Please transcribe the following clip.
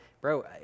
Bro